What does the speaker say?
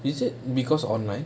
is it because online